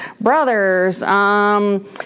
brothers